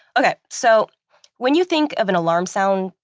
okay. so when you think of an alarm sound,